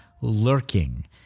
lurking